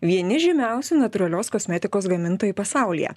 vieni žymiausių natūralios kosmetikos gamintojų pasaulyje